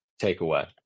takeaway